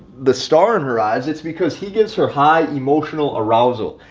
the star in her eyes. it's because he gives her high emotional arousal.